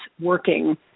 working